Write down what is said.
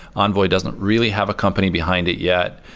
envoy doesn't really have a company behind it yet.